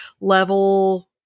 level